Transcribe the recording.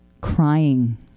crying